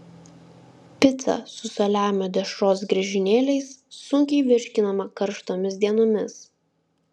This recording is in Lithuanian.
pica su saliamio dešros griežinėliais sunkiai virškinama karštomis dienomis